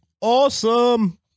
awesome